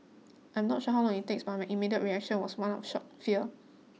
I am not sure how long it takes but my immediate reaction was one of shock fear